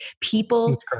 people